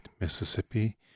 Mississippi